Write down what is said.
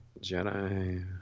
Jedi